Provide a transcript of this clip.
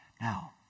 Now